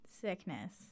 sickness